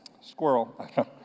squirrel